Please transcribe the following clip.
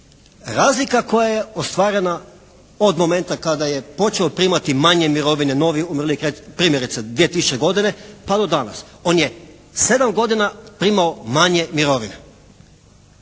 razlika koja je ostvarena od momenta kada je počeo primati manje mirovine, novi umirovljenik. Primjerice 2000. godine pa do danas. On je sedam godina primao manje mirovine.